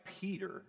Peter